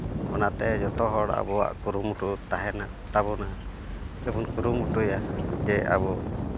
ᱚᱱᱟᱛᱮ ᱡᱚᱛᱚ ᱟᱵᱚᱣᱟᱜ ᱠᱩᱨᱩᱢᱩᱴᱩ ᱛᱟᱦᱮᱱᱟ ᱛᱟᱵᱚᱱᱟ ᱥᱮ ᱵᱚᱱ ᱠᱩᱨᱩᱢᱩᱴᱩᱭᱟ ᱡᱮ ᱟᱵᱚ